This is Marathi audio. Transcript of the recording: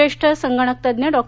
ज्येष्ठ संगणक तज्ञ डॉ